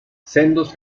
sendos